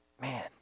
man